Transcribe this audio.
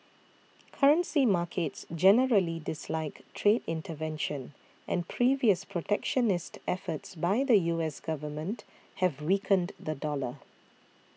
currency markets generally dislike trade intervention and previous protectionist efforts by the U S government have weakened the dollar